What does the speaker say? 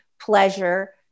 pleasure